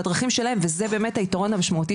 בדרכים שלהם וזה באמת היתרון המשמעותי